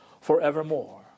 forevermore